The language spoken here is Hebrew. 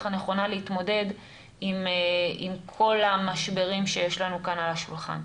הנכונה להתמודד עם כל המשברים שיש לנו כאן על השולחן.